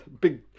big